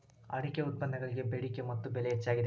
ಅಡಿಕೆ ಉತ್ಪನ್ನಗಳಿಗೆ ಬೆಡಿಕೆ ಮತ್ತ ಬೆಲೆ ಹೆಚ್ಚಾಗಿದೆ